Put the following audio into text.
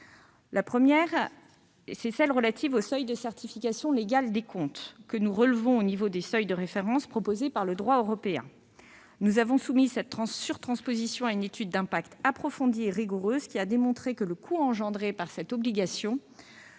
Le premier concerne les seuils de certification légale des comptes, que nous relevons au niveau des seuils de référence proposés par le droit européen. Nous avons soumis cette surtransposition à une étude d'impact approfondie et rigoureuse, qui a démontré que le coût engendré par cette obligation